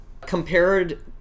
compared